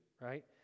right